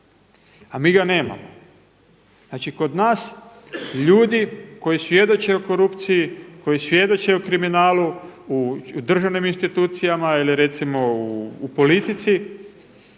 a mi ga nemamo. Znači kod nas ljudi koji svjedoče o korupciji, koji svjedoče o kriminalu u državnim institucijama ili recimo u politici,